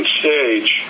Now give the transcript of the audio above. stage